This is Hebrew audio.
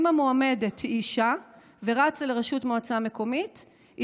אם המועמדת היא אישה ורצה לראשות מועצה מקומית היא